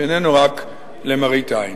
שאיננו רק למראית עין.